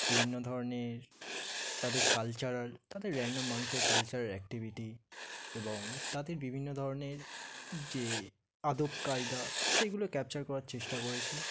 বিভিন্ন ধরনের তাদের কালচারাল তাদের র্যান্ডম মানুষের কালচারাল অ্যাক্টিভিটি এবং তাদের বিভিন্ন ধরনের যে আদব কায়দা সেগুলো ক্যাপচার করার চেষ্টা করেছি